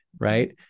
right